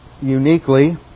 uniquely